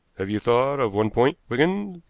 have you thought of one point, wigan?